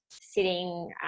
sitting